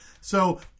So-